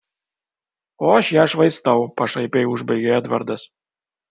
o aš ją švaistau pašaipiai užbaigė edvardas